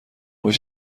بیش